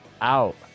out